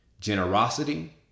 generosity